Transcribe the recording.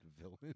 villain